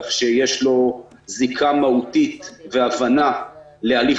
כך שיש לו זיקה מהותית והבנה להליך